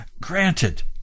Granted